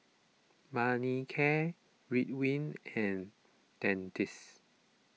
Manicare Ridwind and Dentiste